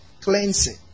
Cleansing